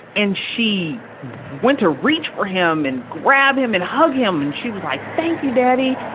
and she went to reach for him and grab him and hug him, and she was, like, thank you, daddy!